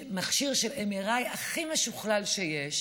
מכשיר של MRI הכי משוכלל שיש,